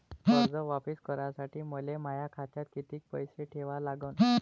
कर्ज वापिस करासाठी मले माया खात्यात कितीक पैसे ठेवा लागन?